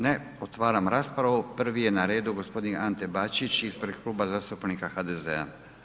Ne, otvaram raspravu, prvi je na redu g. Ante Bačić ispred Kluba zastupnika HDZ-a.